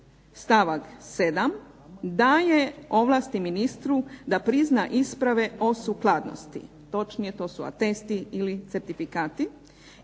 stavak 7. daje ovlasti ministru da prizna isprave o sukladnosti, točnije to su atesti ili certifikati